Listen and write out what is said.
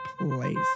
place